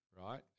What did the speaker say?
right